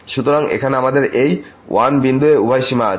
সুতরাং এখানে আমাদের এই 1 বিন্দু এ উভয় সীমা আছে